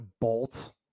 Bolt